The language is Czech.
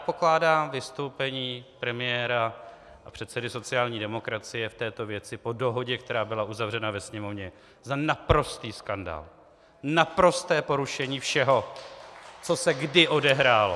Pokládám vystoupení premiéra a předsedy sociální demokracie v této věci po dohodě, která byla uzavřena ve Sněmovně, za naprostý skandál, naprosté porušení všeho, co se kdy odehrálo.